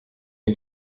est